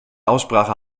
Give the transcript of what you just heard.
aussprache